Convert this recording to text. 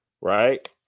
Right